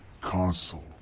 console